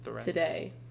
Today